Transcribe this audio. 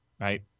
right